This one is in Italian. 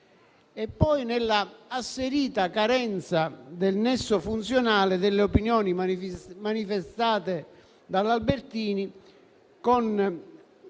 e poi nella asserita carenza del nesso funzionale delle opinioni manifestate da Albertini